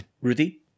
Rudy